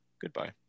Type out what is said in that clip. Goodbye